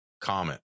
comment